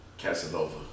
Casanova